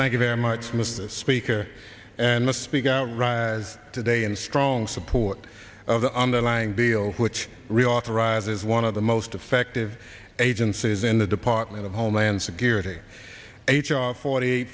thank you very much mr speaker and must speak out rise today in strong support of the underlying bill which reauthorize is one of the most effective agencies in the department of homeland security h r forty